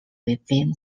within